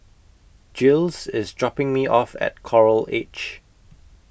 Giles IS dropping Me off At Coral Edge